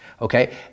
Okay